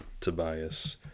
Tobias